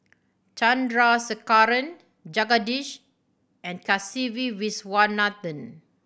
Chandrasekaran Jagadish and Kasiviswanathan